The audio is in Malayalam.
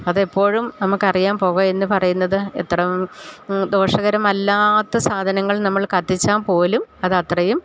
അതെപ്പോഴും നമുക്കറിയാം പുക എന്ന് പറയുന്നത് എത്ര ദോഷകരമല്ലാത്ത സാധനങ്ങൾ നമ്മൾ കത്തിച്ചാൽ പോലും അതത്രയും